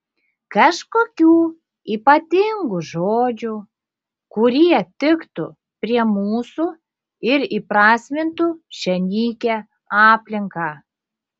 kažkokių ypatingų žodžių kurie tiktų prie mūsų ir įprasmintų šią nykią aplinką